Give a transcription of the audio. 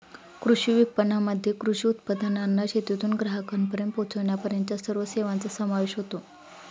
कृषी विपणनामध्ये कृषी उत्पादनांना शेतातून ग्राहकांपर्यंत पोचविण्यापर्यंतच्या सर्व सेवांचा समावेश होतो